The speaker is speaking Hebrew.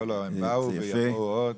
לא, לא, הן באו ויבואו עוד.